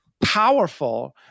powerful